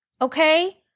okay